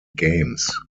games